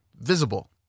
visible